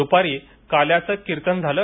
दुपारी काल्याचे कीर्तन झाले